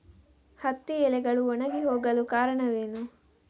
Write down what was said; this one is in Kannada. ಹತ್ತಿ ಎಲೆಗಳು ಒಣಗಿ ಹೋಗಲು ಕಾರಣವೇನು?